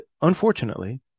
unfortunately